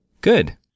Good